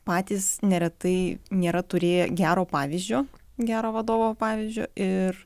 patys neretai nėra turėję gero pavyzdžio gero vadovo pavyzdžio ir